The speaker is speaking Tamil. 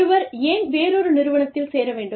ஒருவர் ஏன் வேறொரு நிறுவனத்தில் சேர வேண்டும்